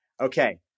okay